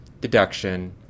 deduction